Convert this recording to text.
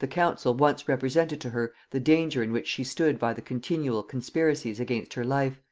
the council once represented to her the danger in which she stood by the continual conspiracies against her life,